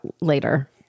later